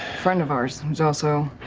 friend of ours who's also.